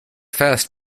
first